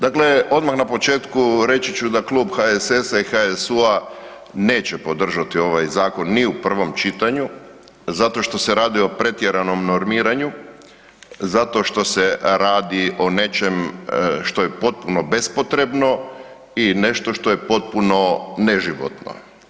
Dakle, odmah na početku reći da Klub HSS-a i HSU-a neće podržati ovaj zakon ni u prvom čitanju zato što se radi o pretjeranom normiranju, zato što se radi o nečem što je potpuno bespotrebno i nešto što je potpuno neživotno.